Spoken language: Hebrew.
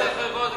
תמשיך לקרוא את,